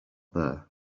there